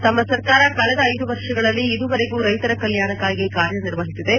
ತಮ್ಮ ಸರ್ಕಾರ ಕಳೆದ ಐದು ವರ್ಷಗಳಲ್ಲಿ ಇದುವರೆಗೂ ರೈತರ ಕಲ್ಯಾಣಕ್ಕಾಗಿ ಕಾರ್ಯ ನಿರ್ವಹಿಸಿದೆ